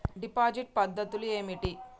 Deposit పద్ధతులు ఏమిటి?